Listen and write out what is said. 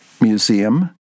Museum